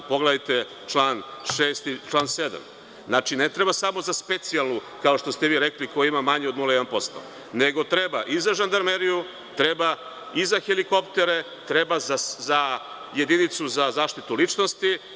Pogledajte čl. 6. i 7. Znači, ne treba samo za specijalnu, kao što ste vi rekli, koji ima manje od 0,1%, nego treba i za žandarmeriju, i za helikoptere, treba za jedinicu za zaštitu ličnosti.